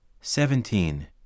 Seventeen